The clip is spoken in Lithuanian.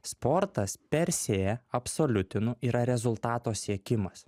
sportas per se absoliuti nu yra rezultato siekimas